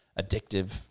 addictive